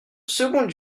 second